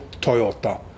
Toyota